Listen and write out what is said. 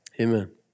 Amen